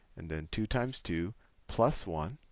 and then two times two plus one